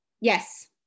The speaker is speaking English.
Yes